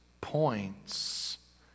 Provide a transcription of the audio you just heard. points